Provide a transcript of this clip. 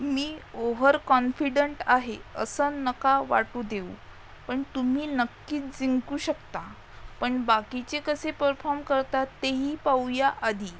मी overconfident आहे असं नका वाटू देऊ पण तुम्ही नक्कीच जिंकू शकता पण बाकीचे कसे परफॉर्म करतात तेही पाहूया आधी